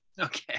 Okay